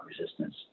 resistance